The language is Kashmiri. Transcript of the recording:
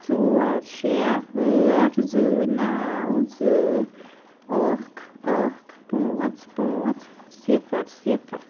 ژور شےٚ ٲٹھ زٕ نو زٕ اَکھ اَکھ پٲنٛژھ پٲنٛژھ صِفر صِفر